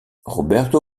roberto